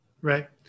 Right